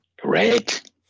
Great